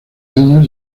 años